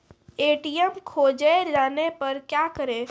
ATM खोजे जाने पर क्या करें?